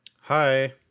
Hi